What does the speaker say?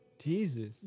Jesus